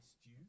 stew